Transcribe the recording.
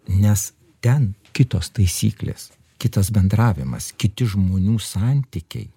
nes ten kitos taisyklės kitas bendravimas kiti žmonių santykiai